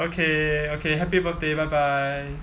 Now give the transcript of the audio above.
okay okay happy birthday bye bye